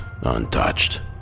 untouched